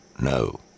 no